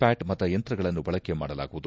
Pat ಮತಯಂತ್ರಗಳನ್ನು ಬಳಕೆ ಮಾಡಲಾಗುವುದು